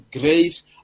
grace